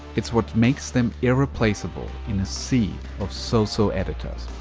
it's what makes them irreplaceable in a sea of so-so editors.